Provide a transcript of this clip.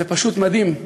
זה פשוט מדהים: